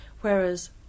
whereas